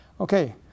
Okay